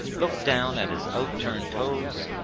looked down at his out-turned toes,